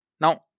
Now